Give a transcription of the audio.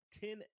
ten